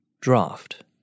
Draft